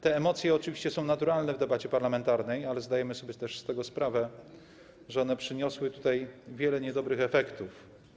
Te emocje oczywiście są naturalne w debacie parlamentarnej, ale zdajemy sobie też z tego sprawę, że one przyniosły tutaj wiele niedobrych efektów.